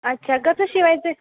अच्छा कसं शिवायचं आहे